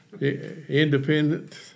Independent